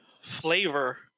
flavor